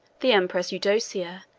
the empress eudocia,